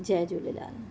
Jay Jhulelal